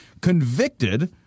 convicted